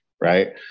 Right